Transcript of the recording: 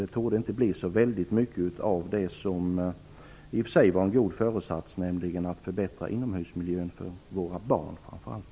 Det torde inte bli så mycket av det som i och för sig var en god föresats, nämligen detta med att förbättra inomhusmiljön för framför allt våra barn.